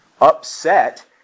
upset